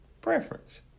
Preference